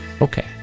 Okay